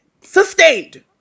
sustained